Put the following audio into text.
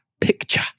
picture